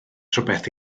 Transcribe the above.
rhywbeth